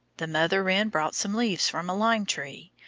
the mother wren brought some leaves from a lime-tree.